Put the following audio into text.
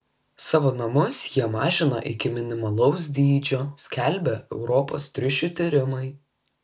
savo namus jie mažina iki minimalaus dydžio skelbia europos triušių tyrimai